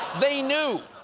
they knew!